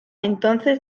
entonces